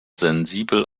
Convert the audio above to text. sensibel